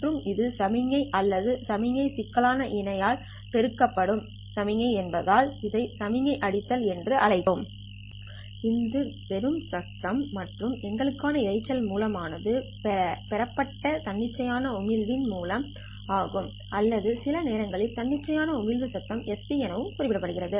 மற்றும் இது சமிக்ஞை அல்லது சமிக்ஞை சிக்கலான இணை ஆல் பெருக்கப்படும் சமிக்ஞை என்பதால் இதை சமிக்ஞை அடித்தல் என்று அழைக்கிறோம் இந்த வெறும் சத்தம் மற்றும் எங்களுக்கான இரைச்சல் மூல ஆனது பெருக்கப்பட்ட தன்னிச்சையான உமிழ்வு மூல ஆகும் அல்லது சில நேரங்களில் தன்னிச்சையான உமிழ்வு சத்தம் Sp எனவும் குறிக்கப்படுகிறது